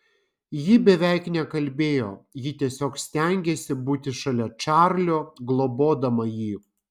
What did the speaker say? ji beveik nekalbėjo ji tiesiog stengėsi būti šalia čarlio globodama jį